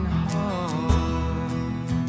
heart